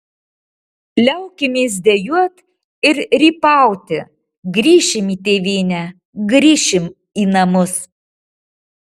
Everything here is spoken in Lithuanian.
liaukimės dejuot ir rypauti grįšim į tėvynę grįšim į namus